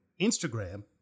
Instagram